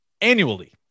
annually